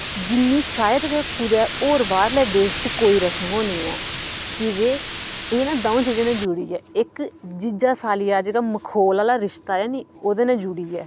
जिन्नी शायद गै कुतै होर बाह्रले देश च होर कोई रस्म होनी ऐ कीजे एह् ना दं'ऊ चीजे ने जुड़ी दी ऐ इक जीजा साली दा जेह्का मखौल आह्ला रिश्ता ऐ निं ओह्दे कन्ने जुड़ी ऐ